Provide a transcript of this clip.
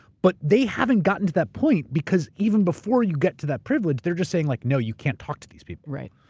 but they haven't gotten to that point because even before you get to that privilege, they're just saying, like no, you can't talk to these people. right.